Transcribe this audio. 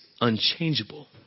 unchangeable